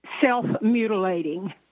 self-mutilating